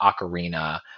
Ocarina